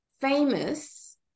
famous